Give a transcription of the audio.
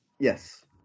Yes